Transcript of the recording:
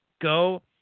go